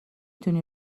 تونی